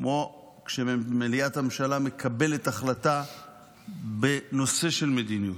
כמו שמליאת הממשלה מקבלת החלטה בנושא של מדיניות,